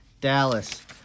Dallas